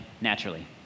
naturally